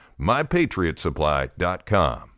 MyPatriotSupply.com